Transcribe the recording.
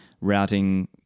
routing